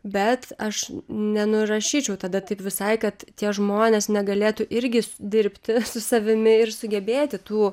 bet aš nenurašyčiau tada taip visai kad tie žmonės negalėtų irgi dirbti su savimi ir sugebėti tų